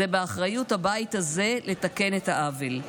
זה באחריות הבית הזה לתקן את העוול.